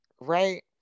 right